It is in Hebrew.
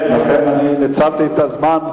הנכבדים,